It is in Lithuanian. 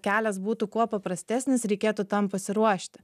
kelias būtų kuo paprastesnis reikėtų tam pasiruošti